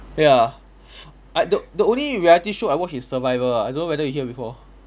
ya uh the the only reality show I watch is survivor ah I don't now whether you hear before